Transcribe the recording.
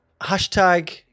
Hashtag